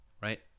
Right